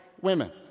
women